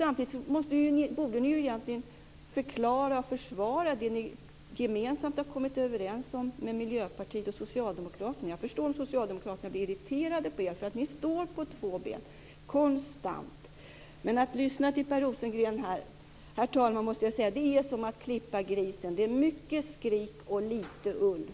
Samtidigt borde ni egentligen förklara och försvara det som ni gemensamt har kommit överens om med Miljöpartiet och Socialdemokraterna. Jag förstår om Socialdemokraterna blir irriterade på er, därför att ni står på två ben konstant. Att lyssna på Per Rosengren här, herr talman, är som att klippa grisen: det är mycket skrik och lite ull.